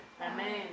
Amen